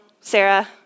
Sarah